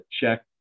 check